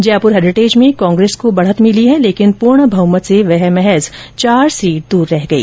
Jaipur heritage में कांग्रेस को बढत मिली है लेकिन पूर्ण बह्मत से वह महज चार सीट दूर रह गई